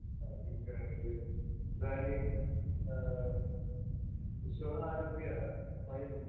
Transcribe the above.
किं करणीयम् इदानीं इदानीं श्वः आरभ्य वयं